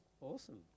Awesome